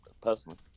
Personally